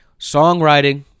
songwriting